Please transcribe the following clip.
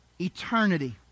Eternity